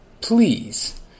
please